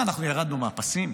מה, אנחנו ירדנו מהפסים?